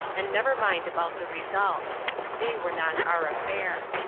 and never mind about the results they were not our affair.